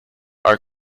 our